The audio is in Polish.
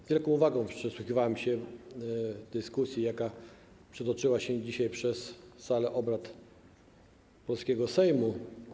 Z wielką uwagą przysłuchiwałem się dyskusji, jaka przetoczyła się dzisiaj przez salę obrad polskiego Sejmu.